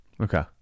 okay